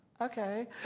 okay